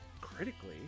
critically